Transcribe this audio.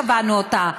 קבענו אותה,